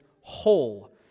whole